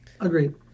Agreed